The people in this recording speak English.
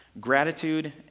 gratitude